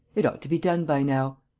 it ought to be done by now.